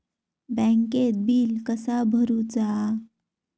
बँकेत बिल कसा भरुचा?